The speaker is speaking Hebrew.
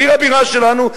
בעיר הבירה שלנו,